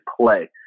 play